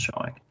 showing